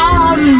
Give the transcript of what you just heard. on